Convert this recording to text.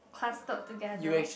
clustered together